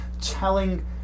telling